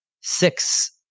Six